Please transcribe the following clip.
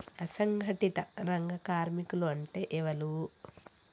అసంఘటిత రంగ కార్మికులు అంటే ఎవలూ?